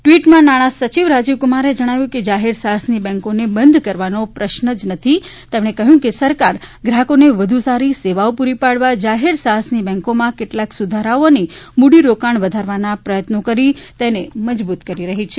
ટ્વીટમાં નાણાસચિવ રાજીવકુમારે જણાવ્યું છે કે જાહેર સાહસની બેંકોને બંધ કરવાનો પ્રશ્ન જ નથી તેમણે કહ્યું કે સરકાર ગ્રાહકોને વધુ સારી સેવાઓ પુરી પાડવા જાહેર સાહસની બેંકોમાં કેટલાંક સુધારાઓ અને મુડીરોકાણ વધારવાના પ્રયત્નો કરીને તેને મજબૂત કરી રહી છે